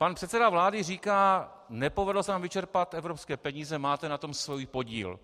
Pan předseda vlády říká: nepovedlo se nám vyčerpat evropské peníze, máte na tom svůj podíl.